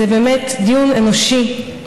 זה באמת דיון אנושי,